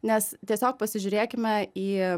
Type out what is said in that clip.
nes tiesiog pasižiūrėkime į